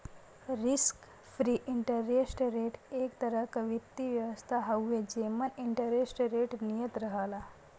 risk free interest rate एक तरह क वित्तीय व्यवस्था हउवे जेमन इंटरेस्ट रेट नियत रहला